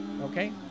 okay